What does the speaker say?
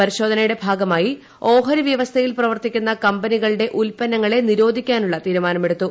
പരിശോധനയുടെ ഭാഗമായി ഓഹരി വ്യവസ്ഥയിൽ പ്രവർത്തിക്കുന്ന കമ്പനികളുടെ ഉൽപ്പന്നങ്ങളെ നിരോധിക്കാനുള്ള തീരുമാനമെടുത്തു